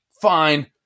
fine